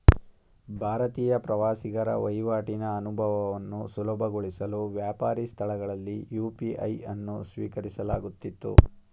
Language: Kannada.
ಭಾರತೀಯ ಪ್ರವಾಸಿಗರ ವಹಿವಾಟಿನ ಅನುಭವವನ್ನು ಸುಲಭಗೊಳಿಸಲು ವ್ಯಾಪಾರಿ ಸ್ಥಳಗಳಲ್ಲಿ ಯು.ಪಿ.ಐ ಅನ್ನು ಸ್ವೀಕರಿಸಲಾಗುತ್ತಿತ್ತು